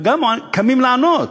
וגם קמים לענות,